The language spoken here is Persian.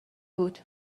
بود